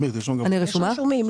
דבי רשומה.